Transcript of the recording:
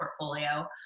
portfolio